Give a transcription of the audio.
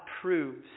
proves